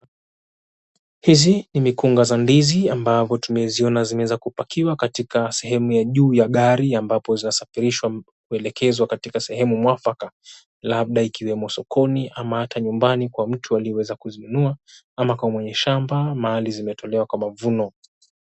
Hizi ni mikunga za ndizi ambavyo tumeziona vimeweza kupakiwa katika sehemu ya juu ya gari ambapo zasafirishwa kuelekezwa katika sehemu mwafaka. Labda ikiwemo sokoni ama hata nyumbani kwa mtu aliyeweza kuzinunua, ama kwa mwenye shamba mahali zimetolewa kwa mavuno.